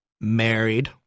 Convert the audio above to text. married